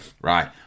Right